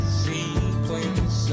sequence